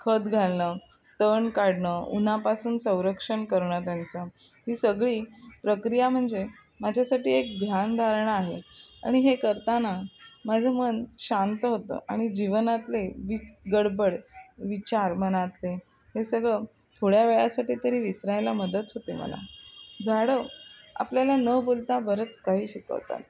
खत घालणं तण काढणं उन्हापासून संरक्षण करणं त्यांचं ही सगळी प्रक्रिया म्हणजे माझ्यासाठी एक ध्यानधारणा आहे आणि हे करताना माझं मन शांत होतं आणि जीवनातले विच गडबड विचार मनातले हे सगळं थोड्या वेळासाठी तरी विसरायला मदत होते मला झाडं आपल्याला न बोलता बरंच काही शिकवतात